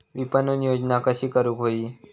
विपणन योजना कशी करुक होई?